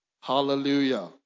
Hallelujah